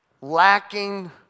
lacking